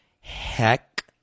heck